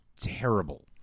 terrible